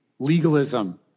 legalism